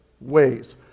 ways